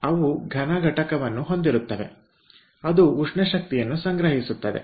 ಅವು ಘನ ಘಟಕವನ್ನು ಹೊಂದಿರುತ್ತವೆ ಅದು ಉಷ್ಣ ಶಕ್ತಿಯನ್ನು ಸಂಗ್ರಹಿಸುತ್ತದೆ